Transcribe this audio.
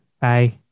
bye